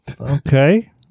Okay